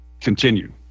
Continue